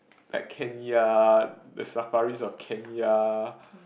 like Kenya the safaris of Kenya